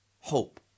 hope